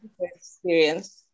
experience